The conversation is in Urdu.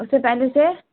اس سے پہلے سے